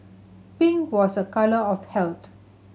pink was a colour of health